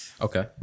Okay